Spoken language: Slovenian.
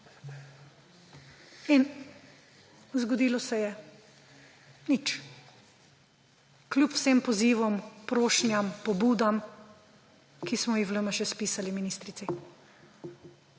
In zgodilo se je – nič. Kljub vsem pozivom, prošnjam, pobudam, ki smo jih v LMŠ spisali ministrici.